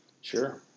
Sure